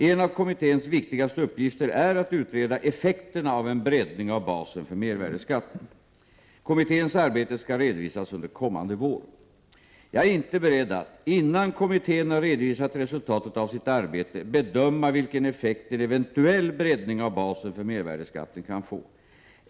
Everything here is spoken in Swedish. En av kommitténs viktigaste uppgifter är att utreda effekterna av en breddning av basen för mervärdeskatten. Kommitténs arbete skall redovisas under kommande vår. Jag är inte beredd att, innan kommittén har redovisat resultatet av sitt arbete, bedöma vilken effekt en eventuell breddning av basen för mervärdeskatten kan få.